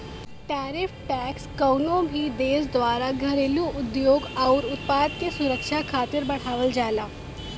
tariff tax कउनो भी देश द्वारा घरेलू उद्योग आउर उत्पाद के सुरक्षा खातिर बढ़ावल जाला